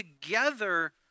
together